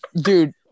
Dude